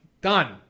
Done